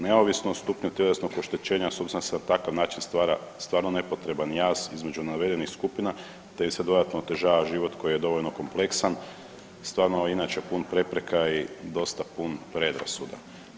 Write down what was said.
Neovisno o stupnju tjelesnog oštećenja … [[Govornik se ne razumije]] takav način stvara stvarno nepotreban jaz između navedenih skupina, te im se dodatno otežava život koji je dovoljno kompleksan, stvarno inače pun prepreka i dosta pun predrasuda.